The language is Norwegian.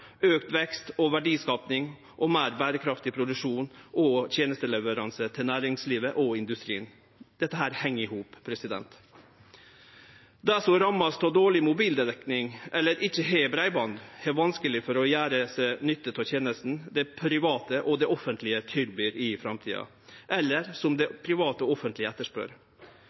vekst og verdiskaping, meir berekraftig produksjon og tenesteleveransar til næringslivet og industrien – dette heng i hop. Dei som er ramma av dårleg mobildekning eller ikkje har breiband, har vanskeleg for å gjere seg nytte av tenestene dei private og det offentlege tilbyr i framtida, eller som private og det offentlege etterspør,